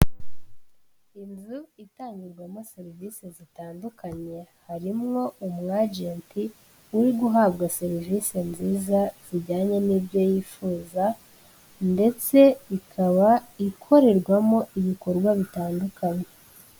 Inzu itangirwamo serivisi zitandukanye harimwo umwagenti uri guhabwa servisi nziza zijyanye n'ibyo yifuza ndetse ikaba ikorerwamo ibikorwa bitandukanye.